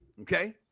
Okay